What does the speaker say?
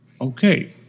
Okay